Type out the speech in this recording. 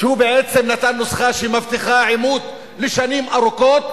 שהוא בעצם נתן נוסחה שמבטיחה עימות לשנים ארוכות,